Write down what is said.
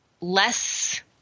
less